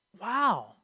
Wow